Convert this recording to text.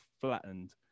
flattened